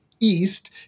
east